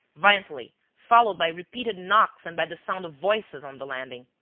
violently, followed by repeated knocks and by the sound of voices on the landing.